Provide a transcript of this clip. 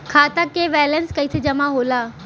खाता के वैंलेस कइसे जमा होला?